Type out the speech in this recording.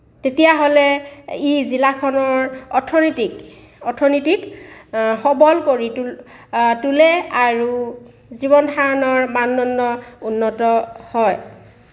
তেতিয়াহ'লে ই জিলাখনৰ অৰ্থনীতিক অৰ্থনীতিক সৱল কৰি তোলে আৰু জীৱন ধাৰণৰ মানদণ্ড উন্নত হয়